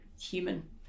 human